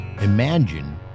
Imagine